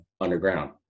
underground